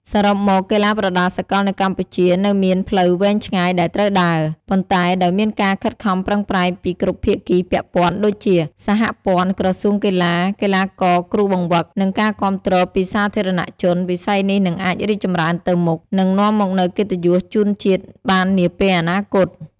សរុបមក កីឡាប្រដាល់សកលនៅកម្ពុជានៅមានផ្លូវវែងឆ្ងាយដែលត្រូវដើរ ប៉ុន្តែដោយមានការខិតខំប្រឹងប្រែងពីគ្រប់ភាគីពាក់ព័ន្ធ ដូចជា សហព័ន្ធ ក្រសួងកីឡា កីឡាករ គ្រូបង្វឹក និងការគាំទ្រពីសាធារណជន វិស័យនេះនឹងអាចរីកចម្រើនទៅមុខ និងនាំមកនូវកិត្តិយសជូនជាតិបាននាពេលអនាគត។